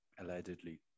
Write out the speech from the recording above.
allegedly